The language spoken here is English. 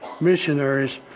missionaries